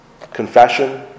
confession